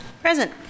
Present